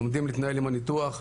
לומדים להתנהל עם הניתוח.